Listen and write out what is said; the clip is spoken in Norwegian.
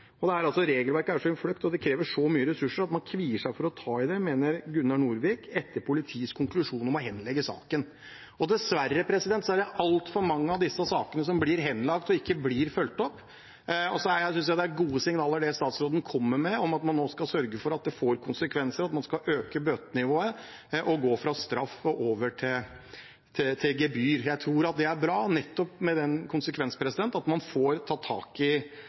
det en sak fra Vestfold, med ulovlig transportvirksomhet ved Bredmyra på Kampenes. Oppslaget jeg har her, viser arbeid som har vært polskdrevet, og regelverket «er så innfløkt og det krever så mye ressurser at man kvier seg for å ta i det», mener Gunnar Nordvik – etter politiets konklusjon om å henlegge saken. Dessverre er det altfor mange av disse sakene som blir henlagt og ikke fulgt opp. Jeg synes det er gode signaler statsråden kommer med om at man nå skal sørge for at det får konsekvenser, at man skal øke bøtenivået og gå fra straff og over til gebyr. Jeg tror det er bra, nettopp med den konsekvens at man får tatt tak i